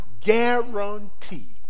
guarantee